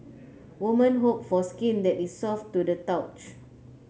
woman hope for skin that is soft to the